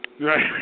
Right